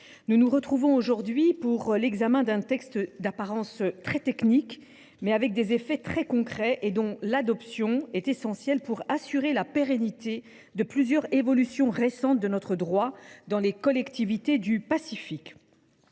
nous nous retrouvons aujourd’hui pour l’examen d’un texte d’apparence très technique, mais dont les effets seront très concrets. Son adoption est essentielle pour assurer la pérennité de plusieurs évolutions récentes de notre droit dans les collectivités du Pacifique.